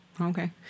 okay